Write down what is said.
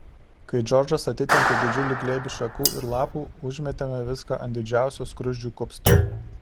kai džordžas atitempė didžiulį glėbį šakų ir lapų užmėtėme viską ant didžiausio skruzdžių kupsto